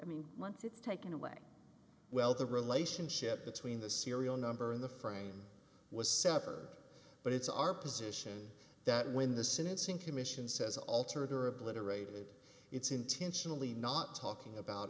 i mean once it's taken away well the relationship between the serial number in the frame was severed but it's our position that when the syncing commission says altered or obliterated it's intentionally not talking about